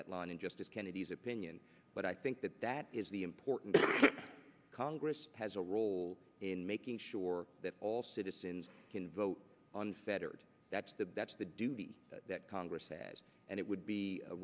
that line in justice kennedy's opinion but i think that that is the important congress has a role in making sure that all citizens can vote on saturday that's the that's the duty that congress has and it would be